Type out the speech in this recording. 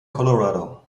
colorado